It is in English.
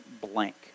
blank